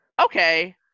okay